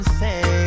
say